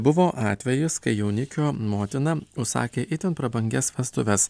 buvo atvejis kai jaunikio motina užsakė itin prabangias vestuves